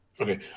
okay